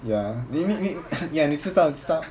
ya ya 你知道你知道